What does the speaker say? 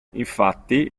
infatti